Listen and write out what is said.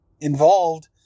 involved